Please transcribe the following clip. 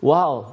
Wow